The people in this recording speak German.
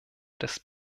des